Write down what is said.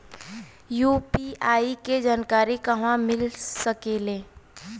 UPI के जानकारी कहवा मिल सकेले?